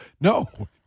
No